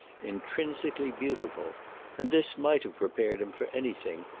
intrinsically beautiful and this might have prepared him for anything,